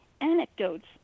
anecdotes